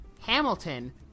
Hamilton